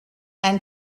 and